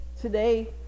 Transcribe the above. today